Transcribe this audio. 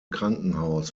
krankenhaus